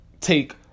take